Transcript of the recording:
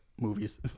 movies